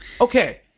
Okay